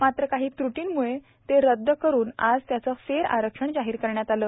मात्र काही त्र्टीमुळे ते रद्द करून आज त्याचे फेर आरक्षण जाहीर करण्यात आले